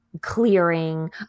Clearing